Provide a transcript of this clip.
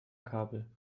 kabel